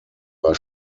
war